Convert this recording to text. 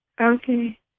Okay